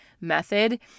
method